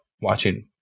watching